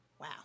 Wow